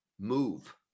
move